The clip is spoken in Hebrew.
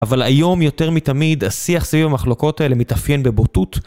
אבל היום יותר מתמיד השיח סביב המחלוקות האלה מתאפיין בבוטות.